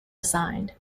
assigned